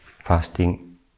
fasting